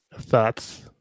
thoughts